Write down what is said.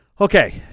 Okay